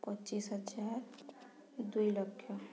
ପଚିଶି ହଜାର ଦୁଇ ଲକ୍ଷ